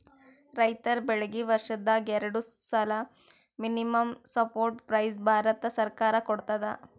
ರೈತರ್ ಬೆಳೀಗಿ ವರ್ಷದಾಗ್ ಎರಡು ಸಲಾ ಮಿನಿಮಂ ಸಪೋರ್ಟ್ ಪ್ರೈಸ್ ಭಾರತ ಸರ್ಕಾರ ಕೊಡ್ತದ